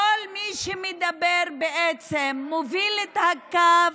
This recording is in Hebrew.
כל מי שמדבר בעצם מוביל את הקו,